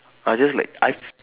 I just like I